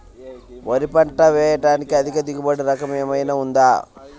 వరి పంట వేయటానికి అధిక దిగుబడి రకం ఏమయినా ఉందా?